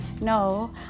No